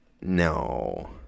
No